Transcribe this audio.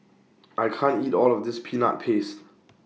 I can't eat All of This Peanut Paste